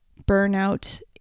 burnout